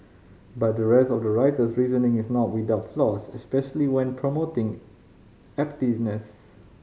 but the rest of the writer's reasoning is not without flaws especially when promoting abstinence